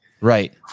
Right